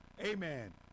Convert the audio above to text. amen